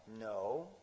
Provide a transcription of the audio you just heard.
no